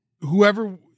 whoever